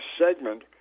segment